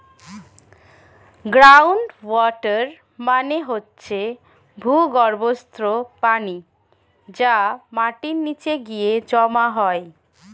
ground water মানে হচ্ছে ভূগর্ভস্থ পানি যা মাটির নিচে গিয়ে জমা হয়